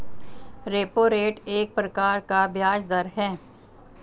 repo rate एक प्रकार का ब्याज़ दर है